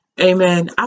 Amen